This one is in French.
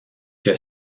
que